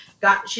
got